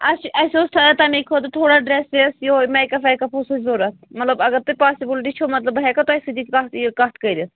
اَسہِ اوس تَمے خٲطرٕ تھوڑا ڈرٛٮ۪س ویس یِہوٚے میکپ ویکپ اوس اَسہِ ضوٚرَتھ مطلب اگر تۄہہِ پاسِبٕلٹی چھو مَطلب بہٕ ہٮ۪کا توہہِ سۭتۍ ییٚتہِ کَتھ یہِ کَتھ کٔرِتھ